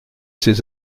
ses